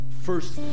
first